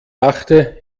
dachte